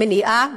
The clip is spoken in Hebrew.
מניעה.